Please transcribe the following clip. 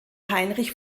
heinrich